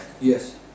Yes